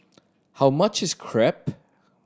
how much is Crepe